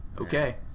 Okay